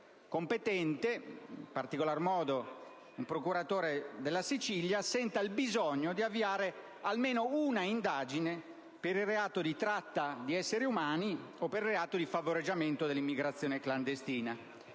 competente, in particolar modo della Sicilia, senta il bisogno di avviare almeno un'indagine per il reato di tratta di esseri umani o per il reato di favoreggiamento dell'immigrazione clandestina,